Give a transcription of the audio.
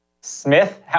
Smith